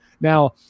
Now